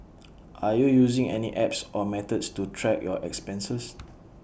are you using any apps or methods to track your expenses